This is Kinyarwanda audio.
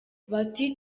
bati